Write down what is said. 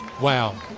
Wow